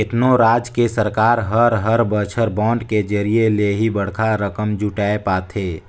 केतनो राज के सरकार हर हर बछर बांड के जरिया ले ही बड़खा रकम जुटाय पाथे